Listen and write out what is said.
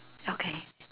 okay